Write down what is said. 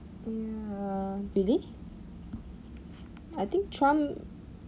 ya really I think trump